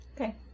Okay